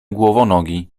głowonogi